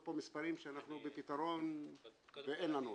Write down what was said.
פה מספרים שאנחנו בפתרון ואין לנו אותו.